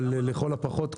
אבל לכל הפחות,